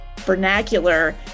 vernacular